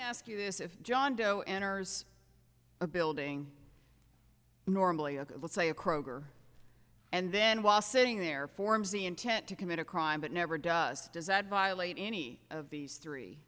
ask you this if john doe enters a building normally a let's say a kroger and then while sitting there forms the intent to commit a crime but never does does that violate any of these three